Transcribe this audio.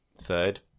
third